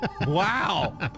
Wow